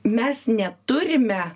mes neturime